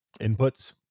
inputs